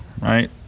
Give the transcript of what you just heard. right